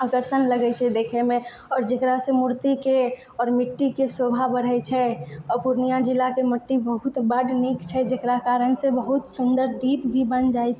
आकर्षण लगै छै देखैमे आओर जेकरासँ मूर्तिके आओर मिट्टीके शोभा बढ़ै छै आ पूर्णिया जिलाके मिट्टी बहुत बड्ड नीक छै जकरा कारणसँ बहुत सुन्दर दीप भी बन जाए